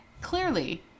clearly